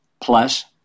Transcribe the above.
plus